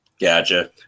Gotcha